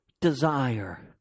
desire